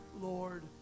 Lord